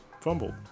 fumbled